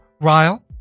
Ryle